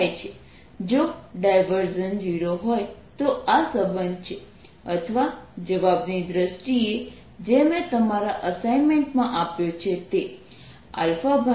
જો ડાયવર્જન્સ 0 હોય તો આ સંબંધ છે અથવા જવાબની દ્રષ્ટિએ જે મેં તમારા અસાઇમેન્ટમાં આપ્યો છે તે 36 20 છે